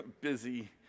busy